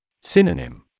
Synonym